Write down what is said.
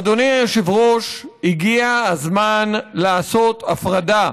אדוני היושב-ראש, הגיע הזמן לעשות הפרדה.